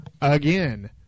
again